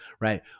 Right